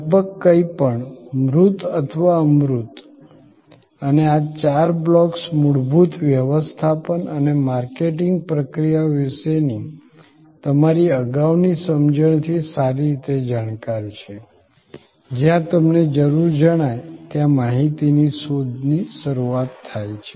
લગભગ કંઈપણ મૂર્ત અથવા અમૂર્ત અને આ ચાર બ્લોક્સ મૂળભૂત વ્યવસ્થાપન અને માર્કેટિંગ પ્રક્રિયાઓ વિશેની તમારી અગાઉની સમજણથી સારી રીતે જાણકાર છે જ્યાં તમને જરૂર જણાય ત્યાં માહિતી શોધની શરૂઆત થાય છે